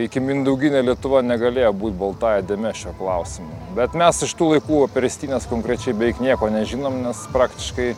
ikimindauginė lietuva negalėjo būt baltąja dėme šiuo klausimu bet mes iš tų laikų apie ristynes konkrečiai beveik nieko nežinom nes praktiškai